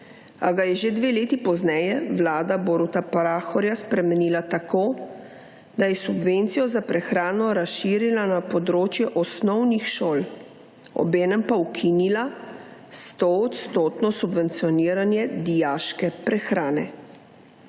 a ga je že dve leti pozneje Vlada Boruta Pahorja spremenila tako, da je subvencijo za prehrano razširila na področje osnovnih šol, obenem pa ukinila sto odstotno subvencioniranje dijaške prehrane.